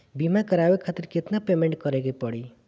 बीमा करावे खातिर केतना पेमेंट करे के पड़ी?